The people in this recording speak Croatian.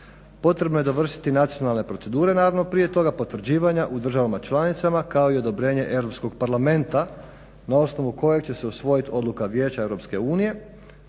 Potrebno je dovršiti nacionalne procedure. Naravno prije toga potvrđivanja u državama članicama kao i odobrenje Europskog parlamenta na osnovu kojeg će se usvojiti odluka Vijeća EU.